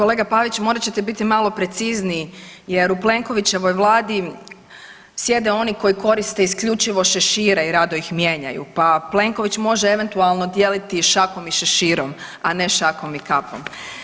Kolega Pavić, morat ćete biti malo precizniji jer u Plenkovićevoj Vladi sjede oni koji koriste isključivo šešire i rado ih mijenjaju pa Plenković može eventualno dijeliti šakom i šeširom, a ne šakom i kapom.